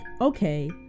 okay